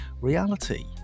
reality